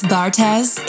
Bartez